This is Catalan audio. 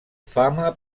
fama